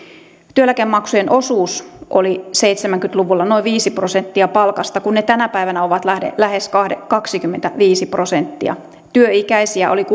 työeläkemaksujen osuus oli seitsemänkymmentä luvulla noin viisi prosenttia palkasta kun ne tänä päivänä ovat lähes kaksikymmentäviisi prosenttia työikäisiä oli kuusikymmentä